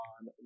on